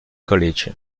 college